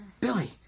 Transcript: Billy